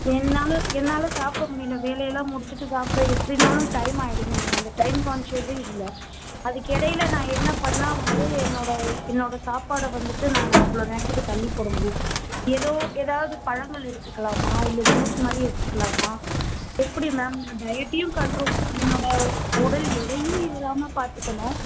என்னால் என்னால் சாப்பிட முடியலை வேலையெல்லாம் முடிச்சுட்டு சாப்பிட எப்படினாலும் டைம் ஆகிடுது எனக்கு அந்த டைம் கான்ஷியஸ்ஸே இல்லை அதுக்கிடையில நான் என்ன பண்ணால் வந்து என்னோடய என்னோடய சாப்பாடை வந்துட்டு நான் அவ்வளோ நேரத்துக்கு தள்ளி போட முடியும் ஏதோ எதாவது பழங்கள் எடுத்துக்கலாமா இல்லை ஜூஸ் மாதிரி எடுத்துக்கலாமா எப்படி மேம் டயட்டையும் கண்ட்ரோல் பண்ணி என்னோடய உடல் எடையும் ஏறாமல் பார்த்துக்கணும்